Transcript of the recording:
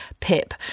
PIP